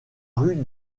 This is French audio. rue